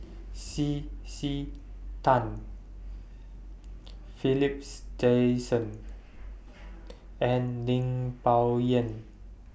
C C Tan Philips Jason and Lim Bo Yam